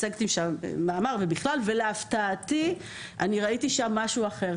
הצגתי שם מאמר, ולהפתעתי ראיתי שם משהו אחר.